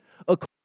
according